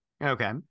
Okay